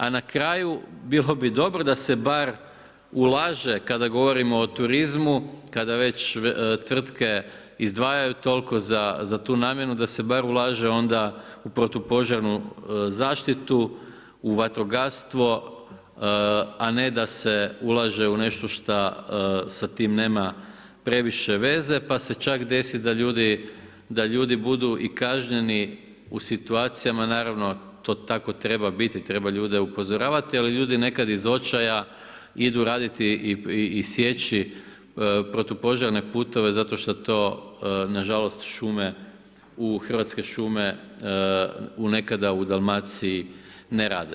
A na kraju bilo bi dobro da se bar ulaže kada govorimo o turizmu, kada već tvrtke izdvajaju toliko za tu namjenu da se bar ulaže onda u protupožarnu zaštitu, u vatrogastvo a ne da se ulaže u nešto šta sa time nema previše veze pa se čak desi da ljudi, da ljudi budu i kažnjeni u situacijama naravno to tako treba biti, treba ljude upozoravati ali ljudi nekada iz očaja idu raditi i sjeći protupožarne putove zato što to nažalost Hrvatske šume nekada u Dalmaciji ne rade.